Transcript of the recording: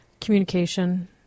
communication